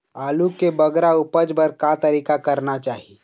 आलू के बगरा उपज बर का तरीका करना चाही?